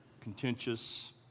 contentious